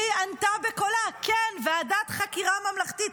והיא ענתה בקולה: כן, ועדת חקירה ממלכתית.